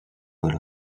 paul